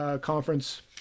Conference